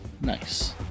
Nice